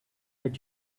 let